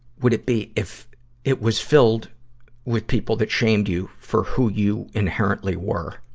would it be if it was filled with people that shamed you for who you inherently were?